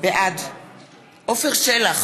בעד עפר שלח,